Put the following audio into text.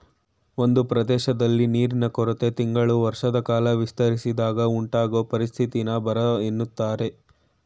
ಒಂದ್ ಪ್ರದೇಶ್ದಲ್ಲಿ ನೀರಿನ ಕೊರತೆ ತಿಂಗಳು ವರ್ಷದಕಾಲ ವಿಸ್ತರಿಸಿದಾಗ ಉಂಟಾಗೊ ಪರಿಸ್ಥಿತಿನ ಬರ ಅಂತಾರೆ